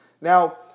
Now